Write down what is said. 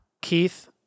Keith